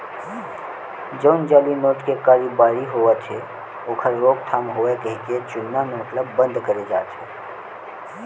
जउन जाली नोट के कारोबारी होवत हे ओखर रोकथाम होवय कहिके जुन्ना नोट ल बंद करे जाथे